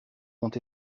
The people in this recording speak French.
ont